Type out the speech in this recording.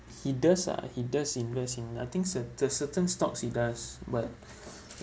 he does ah he does invest in I think that there's certain stocks he does but